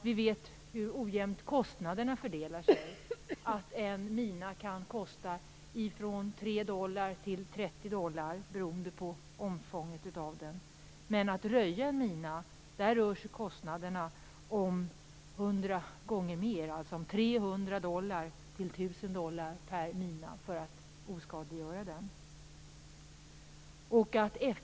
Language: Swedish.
Vi vet hur ojämnt kostnaderna fördelar sig. En mina kan kosta 3-30 dollar, beroende på dess omfång. Men kostnaderna för att röja minor är 100 gånger högre. Det kostar 300-1 000 dollar per mina att oskadliggöra den.